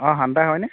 অ শান্তা হয়নে